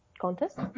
contest